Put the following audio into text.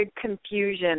confusion